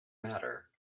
matter